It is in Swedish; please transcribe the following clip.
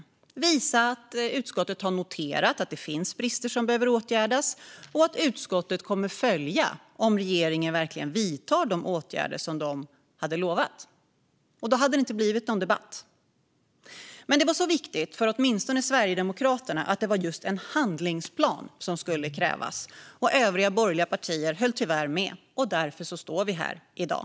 Det skulle visa att utskottet noterat att det finns brister som behöver åtgärdas och att utskottet kommer att följa att regeringen verkligen vidtar de åtgärder som de lovat. Då hade det inte blivit någon debatt. Men det var så viktigt för åtminstone Sverigedemokraterna att det var just en handlingsplan som skulle krävas, och övriga borgerliga partier höll tyvärr med. Därför står vi här i dag.